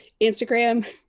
Instagram